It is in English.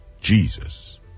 Jesus